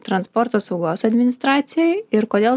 transporto saugos administracijai ir kodėl